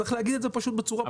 צריך להגיד את זה בצורה פוזיטיבית.